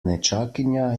nečakinja